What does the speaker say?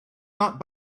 not